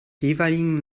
jeweiligen